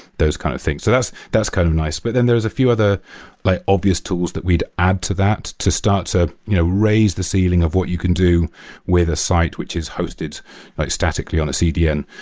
those kind of things. that's that's kind of nice. but then there's a few other like obvious tools that we'd add to that to start to raise the ceiling of what you can do with a site, which is host it statically on a cdn.